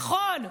נכון,